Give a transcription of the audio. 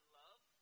love